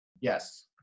Yes